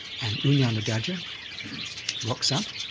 and u nanadhaja rocks up,